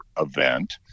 event